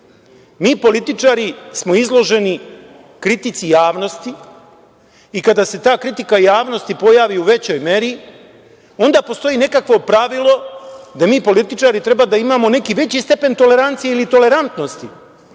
Mi političari smo izloženi kritici javnosti i kada se ta kritika javnosti pojavi u većoj meri, onda postoji nekakvo pravilo da mi političari treba da imamo neki veći stepen tolerancije ili tolerantnosti